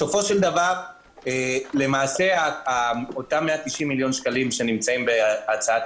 הסכום של 190 מיליון שקלים שנקוב בהצעת